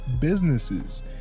businesses